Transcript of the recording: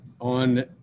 on